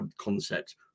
concept